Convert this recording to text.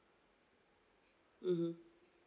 mmhmm